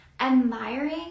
admiring